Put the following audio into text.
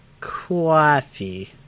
Coffee